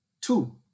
two